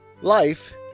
Life